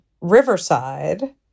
Riverside